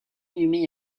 inhumé